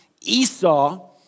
Esau